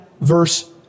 verse